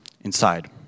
inside